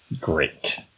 great